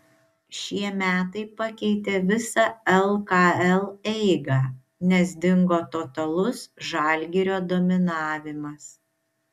šie metai pakeitė visą lkl eigą nes dingo totalus žalgirio dominavimas